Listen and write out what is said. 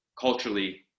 culturally